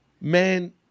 Man